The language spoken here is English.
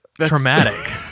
traumatic